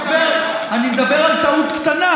מדבר על טעות קטנה.